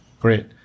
great